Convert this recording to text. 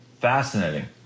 Fascinating